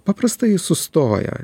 paprastai sustoja